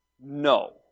no